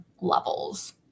levels